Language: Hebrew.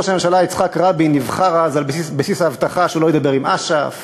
ראש הממשלה יצחק רבין נבחר אז על בסיס ההבטחה שהוא לא ידבר עם אש"ף